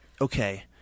okay